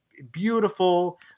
beautiful